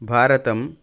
भारतं